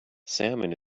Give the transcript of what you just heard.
salmon